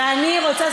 ואני רוצה,